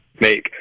make